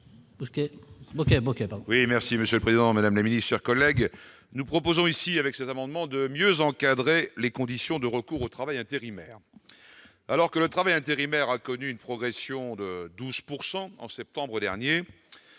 Oui, merci Monsieur le Président, Madame le ministère collègues nous proposons ici avec cet amendement, de mieux encadrer les conditions de recours au travail intérimaire alors que le travail intérimaire a connu une progression de 12 pourcent en septembre dernier,